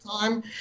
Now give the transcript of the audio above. time